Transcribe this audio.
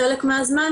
חלק מהזמן,